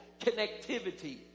connectivity